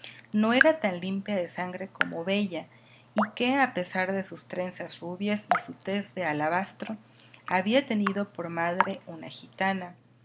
no era tan limpia de sangre como bella y que a pesar de sus trenzas rubias y su tez de alabastro había tenido por madre una gitana